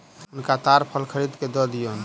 हुनका ताड़ फल खरीद के दअ दियौन